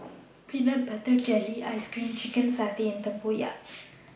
Peanut Butter Jelly Ice Cream Chicken Satay and Tempoyak